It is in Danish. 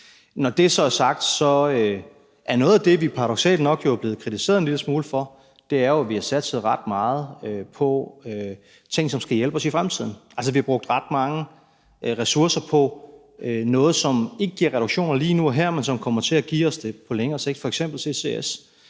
Når det så er sagt, er noget af det, vi paradoksalt nok er blevet kritiseret en lille smule for, at vi har satset ret meget på ting, som skal hjælpe os i fremtiden. Altså, vi har brugt ret mange ressourcer på noget, som ikke giver reduktioner lige nu og her, men som kommer til at give os det på længere sigt, f.eks. CCS,